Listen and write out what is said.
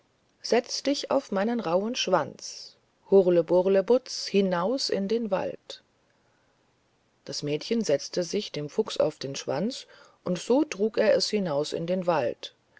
setz dich auf meinen rauhen schwanz hurleburlebutz hinaus in den wald das mädchen setzte sich dem fuchs auf den schwanz und so trug er es hinaus in den wald